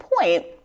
point